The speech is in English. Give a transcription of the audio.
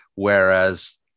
Whereas